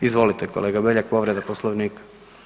Izvolite, kolega Beljak, povreda Poslovnika.